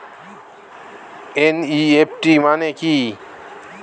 NEFT মানে কি?